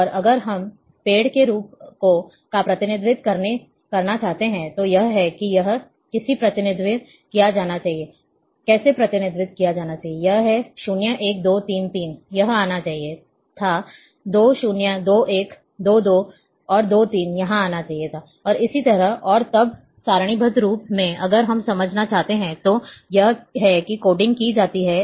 और अगर हम पेड़ के एक रूप का प्रतिनिधित्व करना चाहते हैं तो यह है कि यह कैसे प्रतिनिधित्व किया जाना चाहिए यह है 0 1 2 3 3 यहाँ आना चाहिए था 2 0 2 1 2 2 और 2 3 यहाँ आना चाहिए था और इसी तरह और तब सारणीबद्ध रूप में अगर हम समझना चाहते हैं तो यह है कि कोडिंग कैसे की जाती है